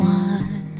one